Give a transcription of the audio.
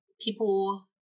people